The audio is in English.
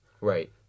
Right